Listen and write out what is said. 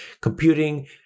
computing